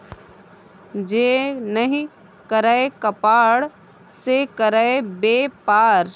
जे नहि करय कपाड़ से करय बेपार